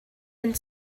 and